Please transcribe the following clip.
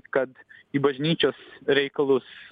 kad į bažnyčios reikalus